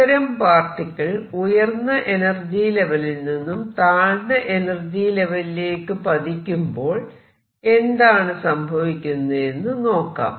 ഇത്തരം പാർട്ടിക്കിൾ ഉയർന്ന എനർജി ലെവലിൽ നിന്നും താഴ്ന്ന എനർജി ലെവലിലേക്ക് പതിക്കുമ്പോൾ എന്താണ് സംഭവിക്കുന്നതെന്ന് നോക്കാം